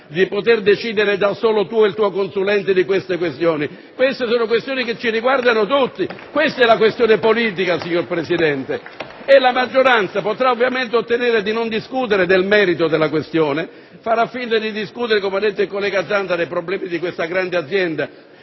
di poter decidere da solo tu e il tuo consulente su tali questioni, perché sono questioni che ci riguardano tutti». Questo è il problema politico, signor Presidente. *(Applausi dal Gruppo UDC).* La maggioranza potrà ovviamente ottenere di non discutere del merito della questione, farà finta di discutere, come ha detto il collega Zanda, dei problemi di questa grande azienda,